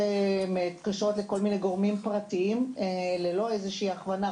ומתקשרות לכל מיני גורמים פרטיים ללא איזושהי הכוונה,